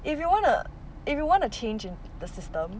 if you wanna if you want a change in the system